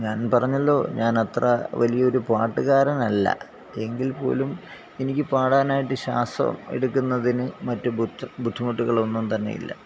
ഞാൻ പറഞ്ഞല്ലോ ഞാൻ അത്ര വലിയൊരു പാട്ടുകാരനല്ല എങ്കിൽ പോലും എനിക്ക് പാടാനായിട്ട് ശ്വാസം എടുക്കുന്നതിന് മറ്റു ബുദ്ധി ബുദ്ധിമുട്ടുകളൊന്നും തന്നെ ഇല്ല